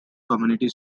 community